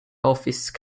office